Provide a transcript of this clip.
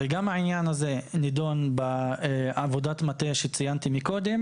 הרי גם העניין הזה נידון בעבודת מטה שציינתי מקודם